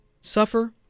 suffer